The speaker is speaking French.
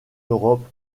europe